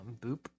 Boop